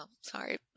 Sorry